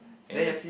and the